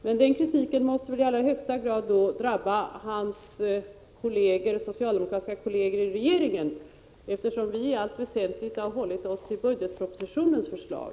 Men den kritiken måste väl i allra högsta grad drabba hans socialdemokratiska kolleger i regeringen, eftersom vi i allt väsentligt har hållit oss till budgetpropositionens förslag.